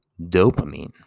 dopamine